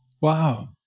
Wow